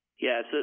Yes